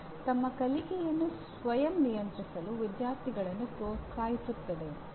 ಇದು ತಮ್ಮ ಕಲಿಕೆಯನ್ನು ಸ್ವಯಂ ನಿಯಂತ್ರಿಸಲು ವಿದ್ಯಾರ್ಥಿಗಳನ್ನು ಪ್ರೋತ್ಸಾಹಿಸುತ್ತದೆ